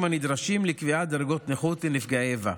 הנדרשים לקביעת דרגות נכות לנפגעי איבה.